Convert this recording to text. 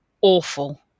awful